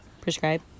Prescribe